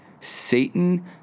Satan